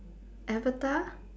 avatar